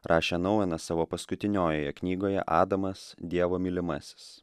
rašė nouenas savo paskutiniojoje knygoje adamas dievo mylimasis